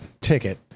ticket